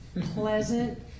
Pleasant